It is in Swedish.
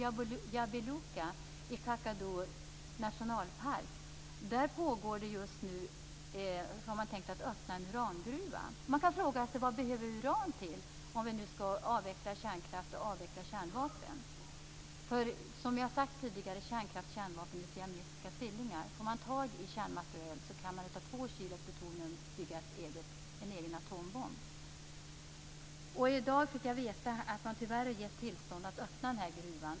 I Jabiluka i Kakadu nationalpark har man tänkt att öppna en urangruva. Man kan fråga sig: Vad behöver vi uran till om vi nu skall avveckla kärnkraften och avveckla kärnvapen? Som vi tidigare har sagt är kärnkraft och kärnvapen siamesiska tvillingar. Får man tag i kärnvapenmateriel kan man av två kilo plutonium bygga en egen atombomb. I dag fick jag veta att man tyvärr gett tillstånd att öppna den här gruvan.